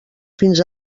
fins